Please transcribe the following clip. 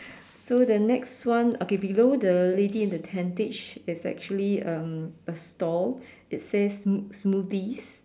so the next one okay below the lady in the tentage is actually um a stall it says smoo~ smoothies